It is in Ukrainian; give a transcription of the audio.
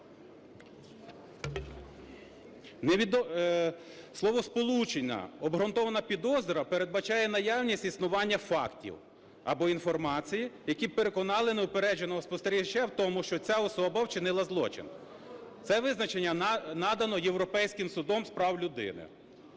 Словосполучення "обґрунтована підозра" передбачає наявність існування фактів або інформації, які б переконали неупередженого спостерігача в тому, що ця особа вчинила злочин - це визначення надано Європейським судом з прав людини.